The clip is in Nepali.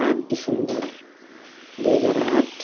आठ दिसम्बर दुई हजार आठ